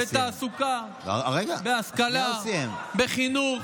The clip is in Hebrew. בתעסוקה, בהשכלה, בחינוך, בבריאות.